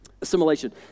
Assimilation